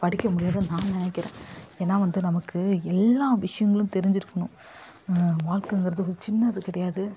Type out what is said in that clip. படிக்கமுடியாதுன்னு நான் நினைக்கிறேன் ஏன்னா வந்து நமக்கு எல்லா விஷயங்களும் தெரிஞ்சிருக்கணும் வாழ்க்கைன்றது ஒரு சின்னது கிடையாது